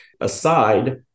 aside